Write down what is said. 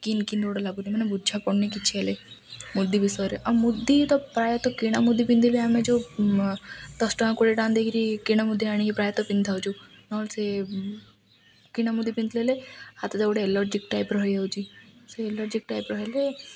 କିନ୍ତି କିନ୍ତି ଗୋଟେ ଲାଗୁଛି ମାନେ ବୁଝା ପଡ଼ୁନି କିଛି ହେଲେ ମୁଦି ବିଷୟରେ ଆଉ ମୁଦି ତ ପ୍ରାୟତଃ କିଣା ମୁଦି ପିନ୍ଧିଲେ ଆମେ ଯୋଉ ଦଶ ଟଙ୍କା କୋଡ଼ିଏ ଟଙ୍କା ଦେଇକିରି କିଣା ମୁୁଦି ଆଣିକି ପ୍ରାୟତଃ ପିନ୍ଧଉଛୁ ନହେଲେ ସେ କିଣା ମୁୁଦି ପିନ୍ଧିଲେ ହାତ ତ ଗୋଟେ ଏଲର୍ଜିକ୍ ଟାଇପ୍ର ହେଇଯାଉଛି ସେ ଏଲର୍ଜିକ୍ ଟାଇପ୍ର ହେଲେ